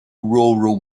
rural